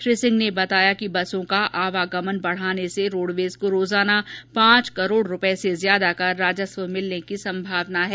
श्री सिंह ने बताया कि बसों का आवागमन बढ़ाने से रोडवेज को रोजाना पांच करोड़ रुपये से ज्यादा राजस्व मिलने की संभावना है